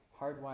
Hardwired